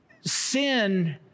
sin